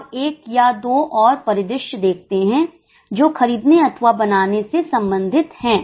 अब एक या दो और परिदृश्य देखते हैं जो खरीदने अथवा बनाने से संबंधित हैं